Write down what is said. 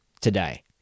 today